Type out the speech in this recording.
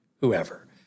whoever